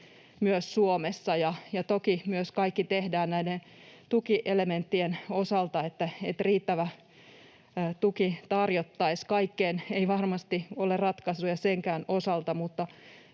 myös Suomessa, ja toki myös kaikki tehdään näiden tukielementtien osalta, että riittävä tuki tarjottaisiin. Kaikkeen ei varmasti ole ratkaisuja senkään osalta,